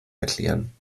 erklären